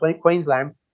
Queensland